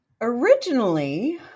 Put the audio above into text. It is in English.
originally